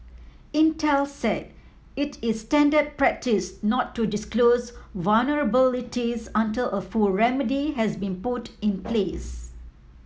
Intel said it is standard practice not to disclose vulnerabilities until a full remedy has been put in place